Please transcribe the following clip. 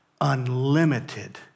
unlimited